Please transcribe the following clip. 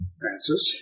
Francis